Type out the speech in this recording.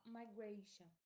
migration